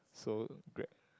so Greg